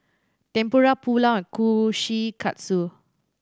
Tempura Pulao and Kushikatsu